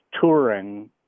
touring